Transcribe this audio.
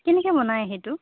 কেনেকৈ বনাই সেইটো